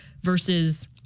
versus